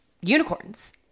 unicorns